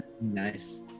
Nice